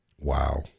Wow